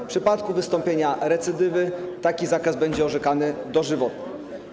W przypadku wystąpienia recydywy taki zakaz będzie orzekany dożywotnio.